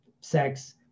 sex